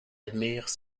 admirent